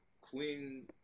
Queen